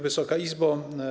Wysoka Izbo!